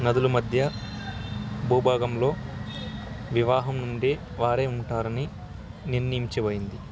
నదుల మధ్య భూభాగంలో వివాహం నుండి వారే ఉంటారని నిర్ణించడమైంది